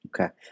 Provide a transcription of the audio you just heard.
Okay